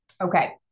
Okay